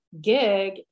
gig